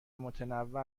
متنوع